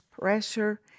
pressure